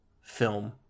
film